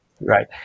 Right